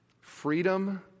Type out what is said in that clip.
Freedom